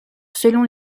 selon